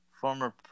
Former